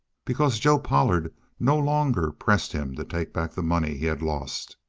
because joe pollard no longer pressed him to take back the money he had lost.